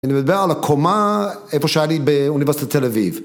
אני מדבר על הקומה איפה שאני באוניברסיטת תל אביב.